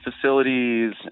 facilities